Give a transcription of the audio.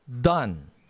done